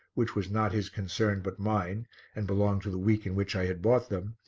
which was not his concern but mine and belonged to the week in which i had bought them,